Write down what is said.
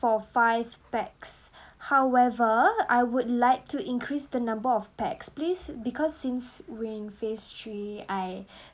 for five pax however I would like to increase the number of pax please because since we're in phase three I